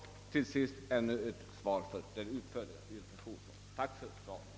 Till sist än en gång ett tack för det utförliga svaret.